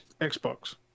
Xbox